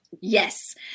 Yes